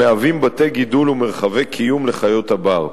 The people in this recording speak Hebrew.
המהווים בתי-גידול ומרחבי קיום לחיות הבר,